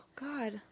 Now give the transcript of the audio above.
God